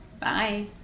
bye